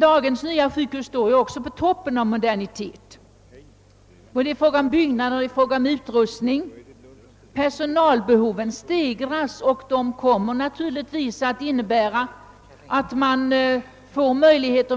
Dagens nya sjukhus står också på toppen av modernitet både i fråga om byggnader och utrustning. Personalbehoven stegras.